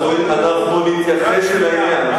אנחנו נתייחס לעניין.